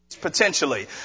potentially